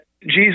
Jesus